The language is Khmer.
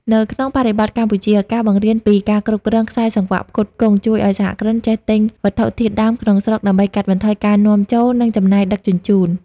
នៅក្នុងបរិបទកម្ពុជា ការបង្រៀនពី "ការគ្រប់គ្រងខ្សែសង្វាក់ផ្គត់ផ្គង់" ជួយឱ្យសហគ្រិនចេះទិញវត្ថុធាតុដើមក្នុងស្រុកដើម្បីកាត់បន្ថយការនាំចូល និងចំណាយដឹកជញ្ជូន។